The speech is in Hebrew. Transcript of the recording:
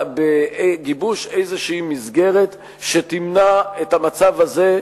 בגיבוש איזו מסגרת שתמנע את המצב הזה,